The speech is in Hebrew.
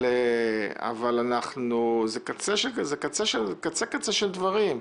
אבל זה הקצה של קצה של דברים.